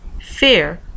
fear